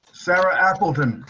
sarah appleton